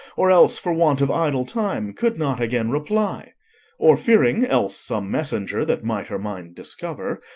or else for want of idle time, could not again reply or fearing else some messenger that might her mind discover,